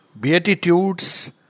beatitudes